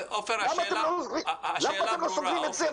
למה אתם לא סוגרים את זה?